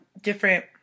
different